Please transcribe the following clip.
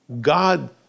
God